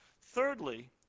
Thirdly